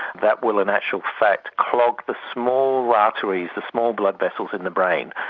that will in actual fact clog the small arteries, the small blood vessels in the brain.